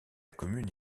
commune